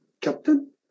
captain